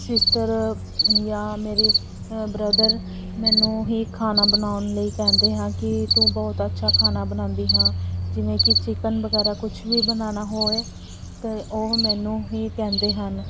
sister ਜਾਂ ਮੇਰੇ ਹ ਬ੍ਰਦਰ ਮੈਨੂੰ ਹੀ ਖਾਣਾ ਬਣਾਉਣ ਲਈ ਕਹਿੰਦੇ ਹਾਂ ਕਿ ਤੂੰ ਬਹੁਤ ਅੱਛਾ ਖਾਣਾ ਬਣਾਉਂਦੀ ਹਾਂ ਜਿਵੇਂ ਕਿ ਚਿਕਨ ਵਗੈਰਾ ਕੁਛ ਵੀ ਬਣਾਉਣਾ ਹੋਵੇ ਅਤੇ ਉਹ ਮੈਨੂੰ ਵੀ ਕਹਿੰਦੇ ਹਨ